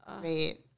Great